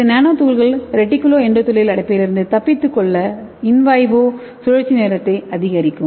இது நானோ துகள்கள் reticulo endothelial அமைப்பிலிருந்து தப்பித்து விவோ சுழற்சி நேரத்தை அதிகரிக்கும்